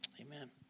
amen